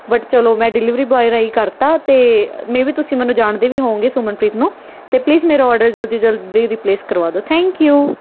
but ਚਲੋ ਮੈਂ delivery boy ਰਾਹੀਂ ਕਰਤਾ ਅਤੇ ਮੇ ਬੀ ਤੁਸੀਂ ਮੈਨੂੰ ਜਾਣਦੇ ਵੀ ਹੋਊਂਗੇ ਸੁਮਨਪ੍ਰੀਤ ਨੂੰ ਅਤੇ ਪਲੀਜ਼ ਮੇਰਾ ਔਡਰ ਜਲਦੀ ਜਲਦੀ ਰਿਪਲੇਸ ਕਰਵਾ ਦਿਉ ਥੈਂਕ ਯੂ